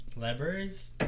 Libraries